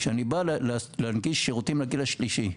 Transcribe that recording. כשאני בא להנגיש שירותים לדור השלישי,